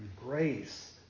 Grace